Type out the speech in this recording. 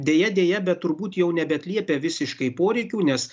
deja deja bet turbūt jau nebeatliepia visiškai poreikių nes